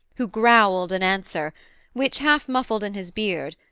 who growled an answer which, half-muffled in his beard,